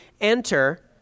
enter